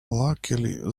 luckily